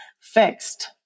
fixed